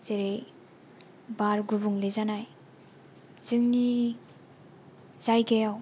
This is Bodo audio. जेरै बार गुबुंले जानाय जोंनि जायगायाव